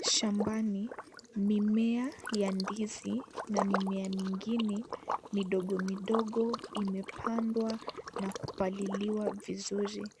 Shambani mimea ya ndizi na mimea mingine midogo midogo imepandwa na kupaliliwa vizuri .